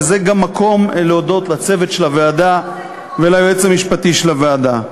וזה גם מקום להודות לצוות של הוועדה וליועץ המשפטי של הוועדה,